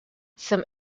some